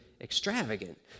extravagant